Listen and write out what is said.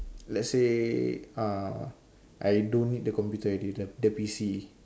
let's say uh I don't need the computer already the the P_C